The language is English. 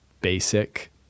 basic